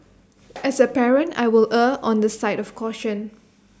as A parent I will err on the side of caution